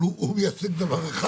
אבל הוא מייצג דבר אחד.